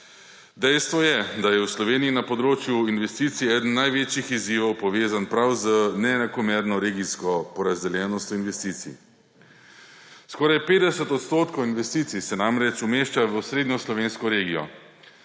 Dejstvo je, da je v Sloveniji na področju investicij eden največjih izzivov povezan prav z neenakomerno regijsko porazdeljenostjo investicij. Skoraj 50 odstotkov investicij se namreč umešča v Osrednjeslovensko regijo.